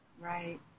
Right